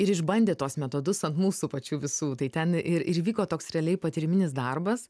ir išbandė tuos metodus ant mūsų pačių visų tai ten ir ir įvyko toks realiai patyriminis darbas